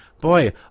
Boy